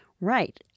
Right